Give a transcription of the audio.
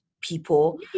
people